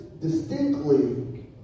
distinctly